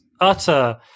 utter